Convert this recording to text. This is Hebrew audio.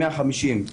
150 שקלים.